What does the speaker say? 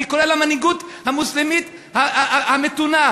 אני קורא למנהיגות המוסלמית המתונה: